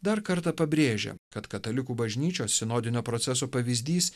dar kartą pabrėžia kad katalikų bažnyčios sinodinio proceso pavyzdys